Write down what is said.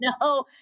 No